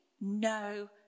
no